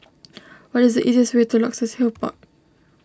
what is the easiest way to Luxus Hill Park